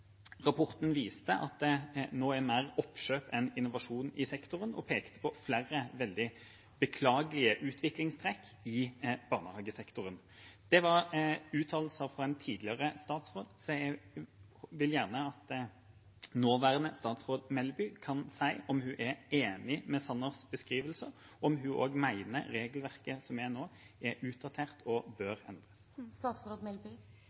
Rapporten viste at det nå er mer oppkjøp enn innovasjon i sektoren, og den pekte på flere veldig beklagelige utviklingstrekk i barnehagesektoren. Det var uttalelser fra en tidligere statsråd. Jeg vil gjerne at nåværende statsråd Melby kan si om hun er enig i Sanners beskrivelse, og om hun også mener at regelverket som er nå, er utdatert og